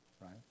Right